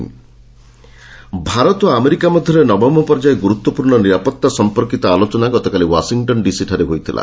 India US dialogue Bharat ଓ America ମଧ୍ୟରେ ନବମ ପର୍ଯ୍ୟାୟ ଗୁରୁତ୍ୱପୂର୍ଣ୍ଣ ନିରାପତ୍ତା ସଂପର୍କିତ ଆଲୋଚନା ଗତକାଲି ୱାଶିଟନ୍ ଡିସିଠାରେ ହୋଇଥିଲା